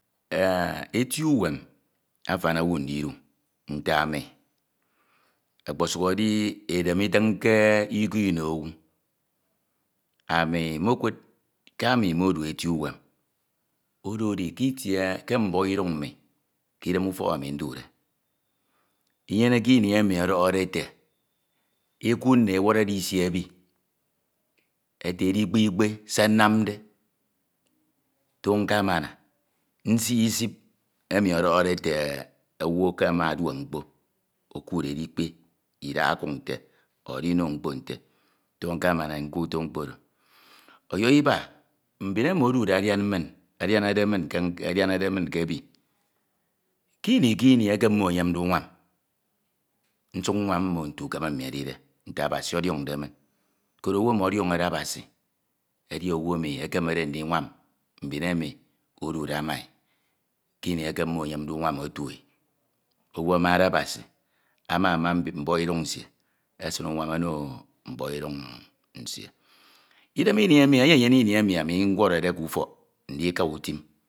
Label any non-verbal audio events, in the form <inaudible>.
<hesitation> Eti uwem afan owu ndidu. Nte ami ọkpọsuk edi edem itinke iko ino owu. Ami mmokud <hesitation> ke ami mmodu eti uwem oro edi ke mbọhọiduñ inñi k idem ufọk ami ndude. Inyeneke ini emi edọbọde ete ekud nin ewọrọ edi isi ebi ete edikpe ikpe se nnamde. Toño nkemama nishe isip emi ọdọho de ete owu eke ama edue mkpo okhd e edikpe idaha ọkuk nte ọ edino mkpo ete tono nkama nkwe uto mkpo oro ọyọhọ iba mbin emi odude odian min adinade min ke ñ adianade min ke ebi kini kini emi mmo eyende unwam nsuk mwam mmo nte ukeme mmi edide nte Abasi ọdiọñde mim koro owu emi ọdiọñọde Abasi edi owu emi ekenede ndinwam mbin emi edude ma e kiu eke mmo enyemde unwam otu e owu amade Abasi amama mbin mbọhọiduñ nsie esin unwam ono mbọhọiduñ nsie idem ini emi enyenyene ini emi ñwọrọde kufọk ọ ndika utim